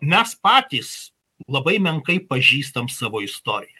mes patys labai menkai pažįstam savo istoriją